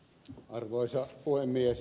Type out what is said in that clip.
arvoisa puhemies